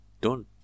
done